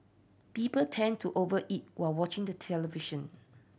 people tend to over eat while watching the television